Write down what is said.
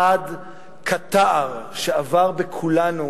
חד כתער, שעבר בכולנו